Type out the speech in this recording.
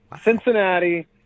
Cincinnati